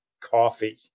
coffee